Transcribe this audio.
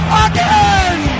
again